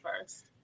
first